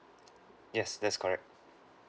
yes that's correct